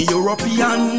European